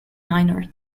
minor